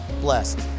blessed